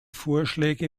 vorschläge